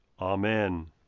Amen